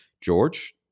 George